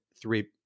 three